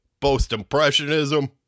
Post-Impressionism